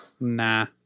Nah